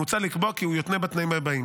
מוצע לקבוע כי הוא יותנה בתנאים הבאים: